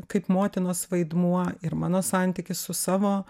kaip motinos vaidmuo ir mano santykis su savo